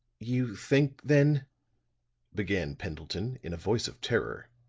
you think then began pendleton in a voice of terror.